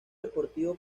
deportivo